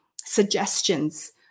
suggestions